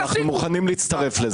אנחנו מוכנים להצטרף לזה.